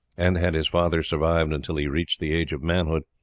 and had his father survived until he reached the age of manhood,